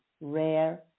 rare